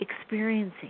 experiencing